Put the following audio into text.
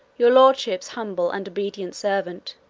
your lordship's humble and obedient servant,